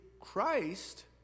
Christ